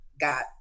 got